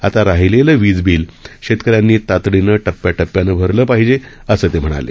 आता राहिलेलं वीजबिल शेतकऱ्यांनी तातडीनं टप्प्याटप्प्यानं भरलं पाहिजे असं ते म्हणाले